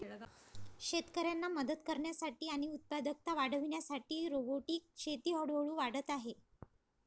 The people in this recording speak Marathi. शेतकऱ्यांना मदत करण्यासाठी आणि उत्पादकता वाढविण्यासाठी रोबोटिक शेती हळूहळू वाढत आहे